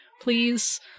Please